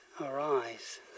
arise